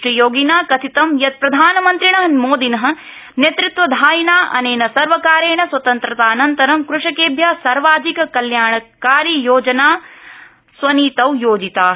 श्रीयोगिना कथितम् यत् प्रधानमन्त्रिण मोदिन नेतृत्वधायिना अनेन सर्वकारेण स्वतन्त्रानन्तरं कृषकेभ्य सर्वाधिक कल्याणकारी योजनास्वनीतौ योजिता